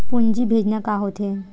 पूंजी भेजना का होथे?